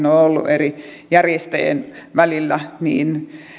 on ollut eri järjestäjien välillä